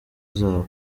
zabo